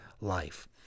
life